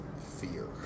fear